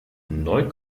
neu